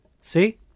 See